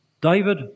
David